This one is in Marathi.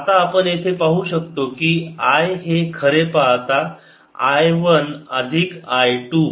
आता आपण येथून पाहू शकतो की I हे खरे पाहता I वन अधिक I टू